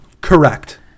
Correct